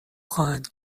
خواهند